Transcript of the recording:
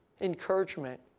encouragement